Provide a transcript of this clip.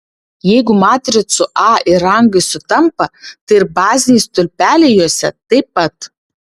jeigu matricų a ir rangai sutampa tai ir baziniai stulpeliai jose taip pat